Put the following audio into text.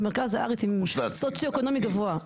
במרכז הארץ עם סוציו-אקונומי גבוה.